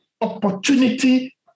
Opportunity